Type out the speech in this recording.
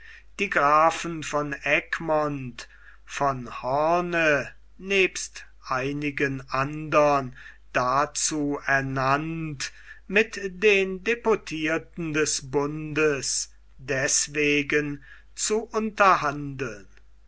die grafen von egmont von hoorn nebst einigen andern dazu ernannt mit den deputierten des bundes deßwegen zu